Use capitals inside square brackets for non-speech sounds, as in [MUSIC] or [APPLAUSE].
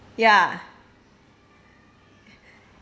ya [LAUGHS]